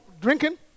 drinking